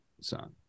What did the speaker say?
son